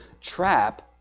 trap